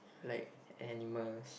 like animals